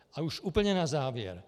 A už úplně na závěr.